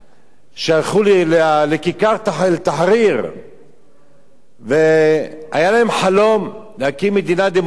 שהלכו לכיכר תחריר והיה להם חלום להקים מדינה דמוקרטית,